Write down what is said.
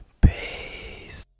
Peace